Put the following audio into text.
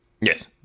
Yes